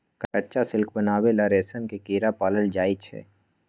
कच्चा सिल्क बनावे ला रेशम के कीड़ा पालल जाई छई